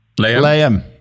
Liam